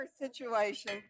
situation